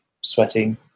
sweating